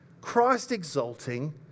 Christ-exalting